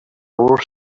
more